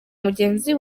mugenzi